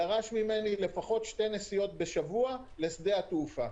הגוף הממשלתי דרש ממני לפחות שתי נסיעות בשבוע לשדה התעופה.